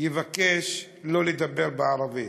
יבקש לא לדבר בערבית?